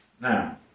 Now